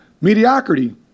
mediocrity